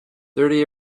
thirty